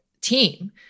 team